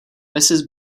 mrs